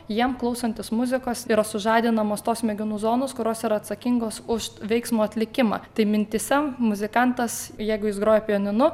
jiem klausantis muzikos yra sužadinamos tos smegenų zonos kurios yra atsakingos už veiksmo atlikimą tai mintyse muzikantas jeigu jis groja pianinu